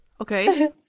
Okay